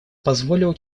позволил